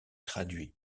traduit